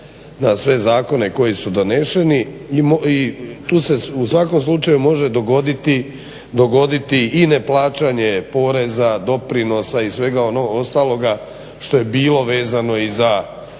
na sve zakone koji su donošeni. I tu se u svakom slučaju može dogoditi i ne plaćanje poreza, doprinosa i svega onog ostaloga što je bilo vezano i za